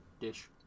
Dish